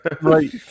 right